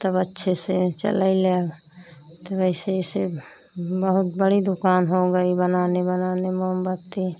तब अच्छे से चलै लाग तब ऐसे ऐसे बहुत बड़ी दुकान हो गई बनाने बनाने मोमबत्ती